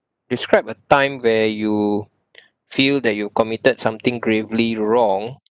describe a time where you feel that you committed something gravely wrong